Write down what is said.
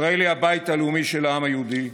ישראל היא הבית הלאומי של העם היהודי.